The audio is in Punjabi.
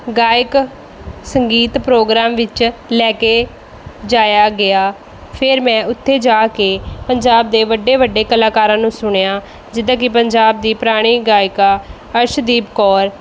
ਗਾਇਕ ਸੰਗੀਤ ਪ੍ਰੋਗਰਾਮ ਵਿੱਚ ਲੈ ਕੇ ਜਾਇਆ ਗਿਆ ਫਿਰ ਮੈਂ ਉੱਥੇ ਜਾ ਕੇ ਪੰਜਾਬ ਦੇ ਵੱਡੇ ਵੱਡੇ ਕਲਾਕਾਰਾਂ ਨੂੰ ਸੁਣਿਆ ਜਿੱਦਾਂ ਕਿ ਪੰਜਾਬ ਦੀ ਪੁਰਾਣੀ ਗਾਇਕਾ ਅਰਸ਼ਦੀਪ ਕੌਰ